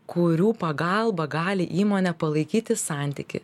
kurių pagalba gali įmonė palaikyti santykį